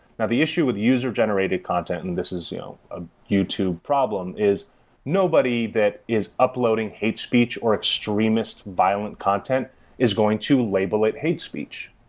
and the issue with user-generated content, and this is a youtube problem, is nobody that is uploading hate speech or extremist violent content is going to label it hate speech.